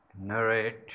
narrate